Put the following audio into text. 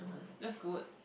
that's good